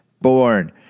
born